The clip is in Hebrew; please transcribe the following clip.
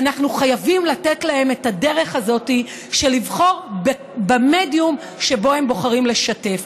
אנחנו חייבים לתת להם את הדרך הזאת של לבחור במדיום שבו הם בוחרים לשתף.